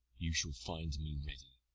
you shall find me ready.